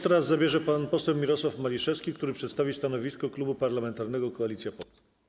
Teraz głos zabierze pan poseł Mirosław Maliszewski, który przedstawi stanowisko Klubu Parlamentarnego Koalicja Polska.